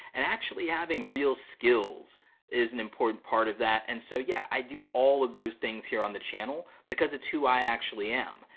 and actually having real skills is an important part of that and so yeah, i do all of those things here on the channel, because it's who i actually am.